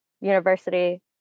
University